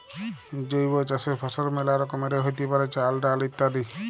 জৈব চাসের ফসল মেলা রকমেরই হ্যতে পারে, চাল, ডাল ইত্যাদি